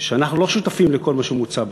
שאנחנו לא שותפים לכל מה שמוצע בחוק,